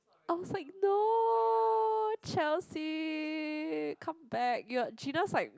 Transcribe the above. I was like no Chelsea come back you're Gina's like